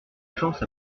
chance